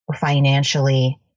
financially